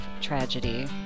Tragedy